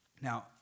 Now